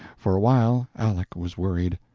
for a while aleck was worried.